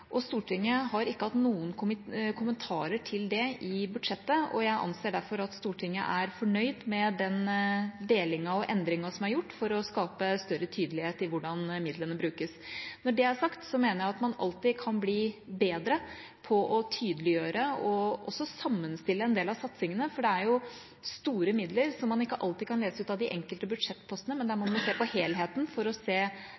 med. Stortinget har ikke hatt noen kommentarer til det i budsjettet, og jeg anser derfor at Stortinget er fornøyd med den delingen og den endringen som er gjort for å skape større tydelighet i hvordan midlene brukes. Når det er sagt, mener jeg at man alltid kan bli bedre på å tydeliggjøre og også sammenstille en del av satsingene. Det er jo store midler som man ikke alltid kan lese ut av de enkelte budsjettpostene, men der man må se